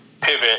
pivot